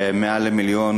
מעל למיליון